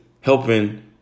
helping